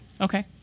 Okay